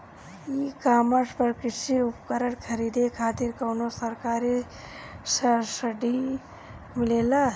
ई कॉमर्स पर कृषी उपकरण खरीदे खातिर कउनो सरकारी सब्सीडी मिलेला?